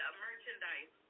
merchandise